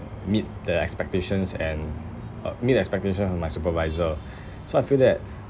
meet the expectations and uh meet the expectations from my supervisor so I feel that